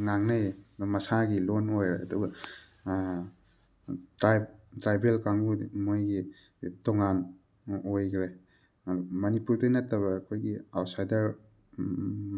ꯉꯥꯡꯅꯩꯌꯦ ꯑꯗꯨꯝ ꯃꯁꯥꯒꯤ ꯂꯣꯟ ꯑꯣꯏꯔꯦ ꯑꯗꯨꯒ ꯇ꯭ꯔꯥꯏꯕ ꯇ꯭ꯔꯥꯏꯕꯦꯜ ꯀꯥꯡꯕꯨꯗꯤ ꯃꯣꯏꯒꯤ ꯇꯣꯉꯥꯟ ꯑꯣꯏꯈ꯭ꯔꯦ ꯃꯅꯤꯄꯨꯔꯗꯩ ꯅꯠꯇꯕ ꯑꯩꯈꯣꯏꯒꯤ ꯑꯥꯎꯁꯥꯏꯗꯔ